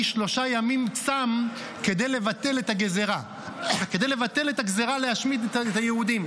אני צם שלושה ימים כדי לבטל את הגזרה להשמיד את היהודים,